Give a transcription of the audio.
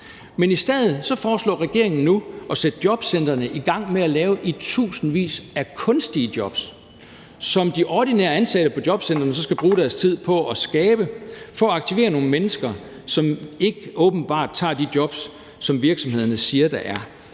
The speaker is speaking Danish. Men i stedet foreslår regeringen nu at sætte jobcentrene i gang med at lave i tusindvis af kunstige jobs, som de ordinært ansatte på jobcentrene så skal bruge deres tid på at skabe for at aktivere nogle mennesker, som åbenbart ikke tager de jobs, som virksomhederne siger der er.